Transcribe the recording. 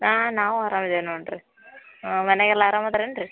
ಆಂ ನಾವು ಅರಾಮಿದೀವಿ ನೋಡಿರಿ ಊಂ ಮನೆಗೆಲ್ಲ ಅರಾಮ ಇದಾರೇನ್ರೀ